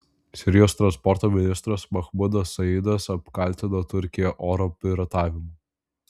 sirijos transporto ministras mahmudas saidas apkaltino turkiją oro piratavimu